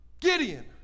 Gideon